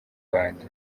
rwanda